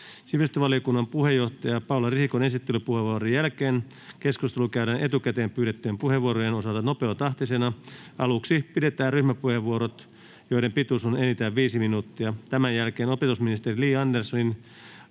Sivistysvaliokunnan puheenjohtajan Paula Risikon esittelypuheenvuoron jälkeen keskustelu käydään etukäteen pyydettyjen puheenvuorojen osalta nopeatahtisena. Aluksi pidetään ryhmäpuheenvuorot, joiden pituus on enintään viisi minuuttia. Tämän jälkeen opetusministeri Li Anderssonin